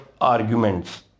arguments